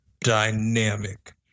dynamic